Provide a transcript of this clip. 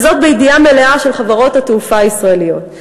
וזאת בידיעה מלאה של חברות התעופה הישראליות.